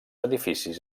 edificis